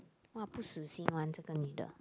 !wah! 不死心 [one] 这个女的